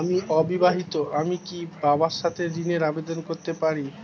আমি অবিবাহিতা আমি কি বাবার সাথে ঋণের আবেদন করতে পারি?